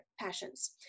passions